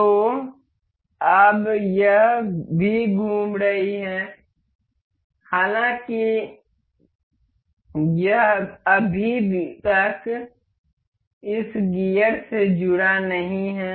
तो अब यह भी घूम रही है हालाँकि यह अभी तक इस गियर से जुड़ा नहीं है